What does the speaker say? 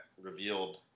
revealed